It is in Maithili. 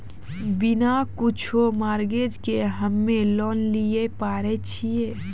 बिना कुछो मॉर्गेज के हम्मय लोन लिये पारे छियै?